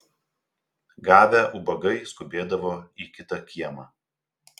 gavę ubagai skubėdavo į kitą kiemą